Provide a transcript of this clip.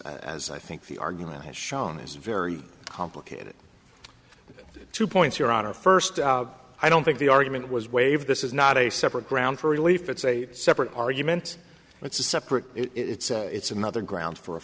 as i think the argument has shown is very complicated two points your honor first i don't think the argument was waived this is not a separate ground for relief it's a separate argument it's a separate it's a it's another ground for a